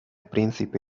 príncipe